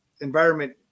environment